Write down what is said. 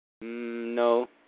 No